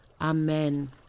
Amen